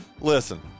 Listen